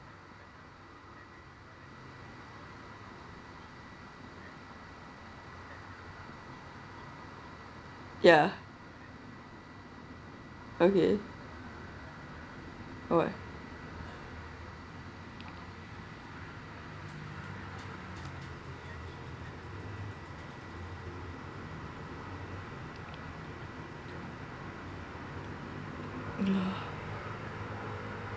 ya okay [what]